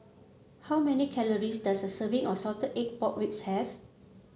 how many calories does a serving of Salted Egg Pork Ribs have